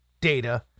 data